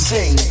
Sing